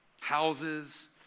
houses